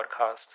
podcast